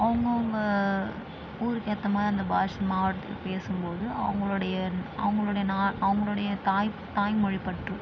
அவுங்கவங்க ஊருக்கு ஏற்ற மாதிரி அந்த பாஷை மாவட்டத்தில் பேசும்போது அவங்களுடைய அவங்களுடைய நான் அவங்களுடைய தாய் தாய்மொழி பற்று